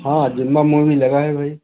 हाँ दिन में मूवी लगा है भाई